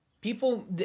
People